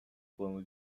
plano